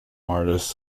artists